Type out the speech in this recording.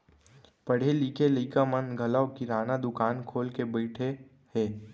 पढ़े लिखे लइका मन घलौ किराना दुकान खोल के बइठे हें